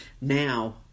Now